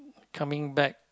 coming back